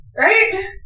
Right